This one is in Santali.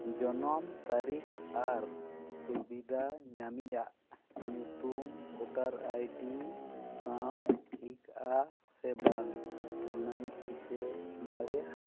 ᱡᱚᱱᱚᱢ ᱛᱟᱨᱤᱠᱷ ᱟᱨ ᱥᱩᱵᱤᱫᱷᱟ ᱧᱟᱢᱤᱡᱟᱜ ᱧᱩᱛᱩᱢ ᱵᱷᱳᱴᱟᱨ ᱟᱭᱰᱤ ᱥᱟᱶ ᱴᱷᱤᱠ ᱟ ᱥᱮ ᱵᱟᱝ ᱚᱱᱟᱢ ᱴᱷᱤᱠᱟᱹ ᱫᱟᱲᱮᱭᱟᱜᱼᱟ